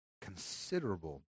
considerable